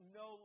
no